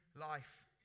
life